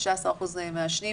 19% מעשנים,